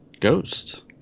Ghost